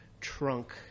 trunk